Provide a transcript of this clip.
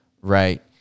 right